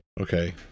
Okay